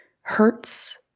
hurts